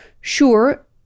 Sure